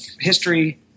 history